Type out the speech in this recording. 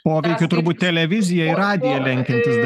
poveikiu turbūt televiziją ir radiją lenkiantis